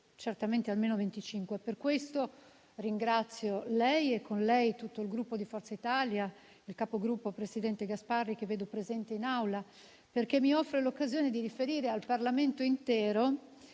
certamente almeno venticinque. E per questo ringrazio lei e con lei tutto il Gruppo Forza Italia, il capogruppo, presidente Gasparri, che vedo presente in Aula, perché mi offre l'occasione di riferire al Parlamento intero